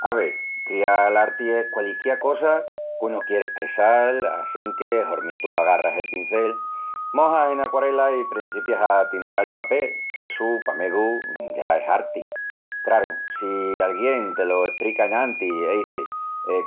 Ave, crial arti es qualisquiá cosa qu'unu quieri espressal assinque hormi tú agarras el pincel, mojas ena aquarela i prencipias a tintal el papel, essu, pa megu, ya es arti. Craru, si alguién te lo esprica enantis, es izil,